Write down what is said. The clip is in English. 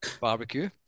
barbecue